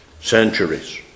centuries